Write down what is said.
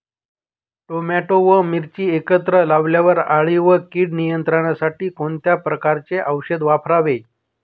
Tomato व मिरची एकत्रित लावल्यावर अळी व कीड नियंत्रणासाठी कोणत्या प्रकारचे औषध फवारावे?